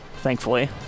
Thankfully